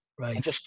right